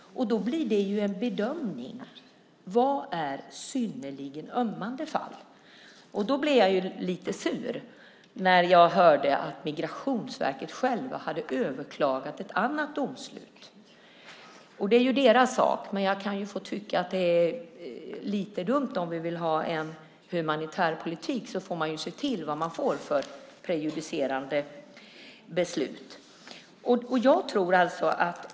Det hela är alltså en bedömningsfråga: Vad är "synnerligen ömmande fall"? Jag blev lite sur när jag hörde att Migrationsverket hade överklagat ett annat domslut. Det är ju deras sak, men jag kan få tycka att det är lite dumt. Om man vill ha en humanitär politik får man ju se till vad man får för prejudicerande beslut.